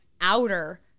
outer